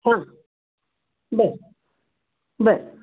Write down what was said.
हां बरं बरं